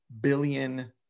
billion